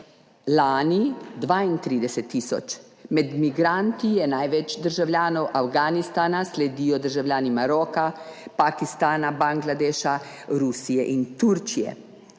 lani 32 tisoč. Med migranti je največ državljanov Afganistana, sledijo državljani Maroka, Pakistana, Bangladeša, Rusije in Turčije.